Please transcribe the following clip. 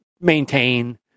maintain